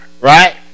Right